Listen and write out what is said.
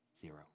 Zero